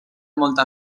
molta